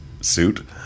suit